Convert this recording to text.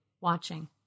watching